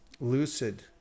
lucid